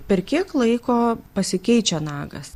per kiek laiko pasikeičia nagas